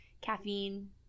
caffeine